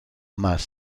más